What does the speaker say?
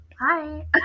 Hi